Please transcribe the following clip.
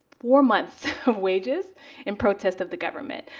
four months of wages in protest of the government.